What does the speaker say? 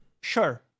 sure